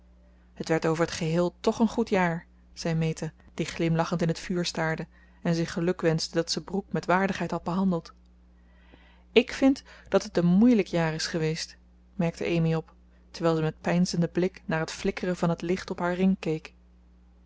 het werd over t geheel tch een goed jaar zei meta die glimlachend in het vuur staarde en zich gelukwenschte dat ze brooke met waardigheid had behandeld ik vind dat het een moeilijk jaar is geweest merkte amy op terwijl ze met peinzenden blik naar het flikkeren van het licht op haar ring keek